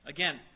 Again